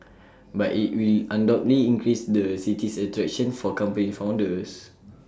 but IT will undoubtedly increase the city's attraction for company founders